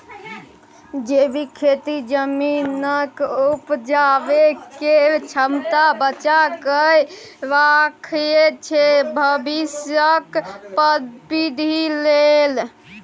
जैबिक खेती जमीनक उपजाबै केर क्षमता बचा कए राखय छै भबिसक पीढ़ी लेल